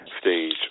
Stage